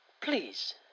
please